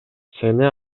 сени